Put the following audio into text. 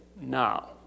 now